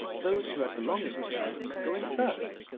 those who had the longest names going first.